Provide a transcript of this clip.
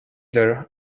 there